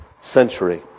century